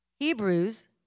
Hebrews